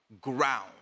ground